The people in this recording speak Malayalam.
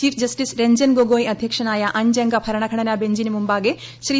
ചീഫ് ജസ്റ്റിസ് രഞ്ജൻ ഗൊഗോയ് അധ്യക്ഷനായ അഞ്ചംഗ ഭരണഘടന ബഞ്ചിന് മുമ്പാകെ ശ്രീ